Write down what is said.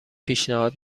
پیشنهاد